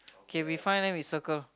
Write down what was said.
okay we find then we circle